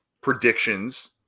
predictions